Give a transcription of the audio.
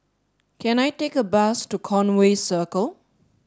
can I take a bus to Conway Circle